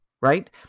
right